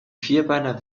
vierbeiner